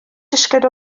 disgled